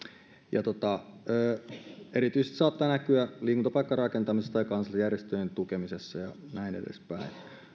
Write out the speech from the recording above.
erityisesti se saattaa näkyä liikuntapaikkarakentamisessa tai kansalaisjärjestöjen tukemisessa ja näin edespäin